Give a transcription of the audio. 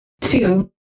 two